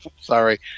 sorry